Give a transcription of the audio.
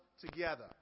together